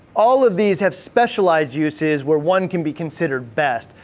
all of these have specialized uses, where one can be considered best,